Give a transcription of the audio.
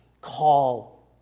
call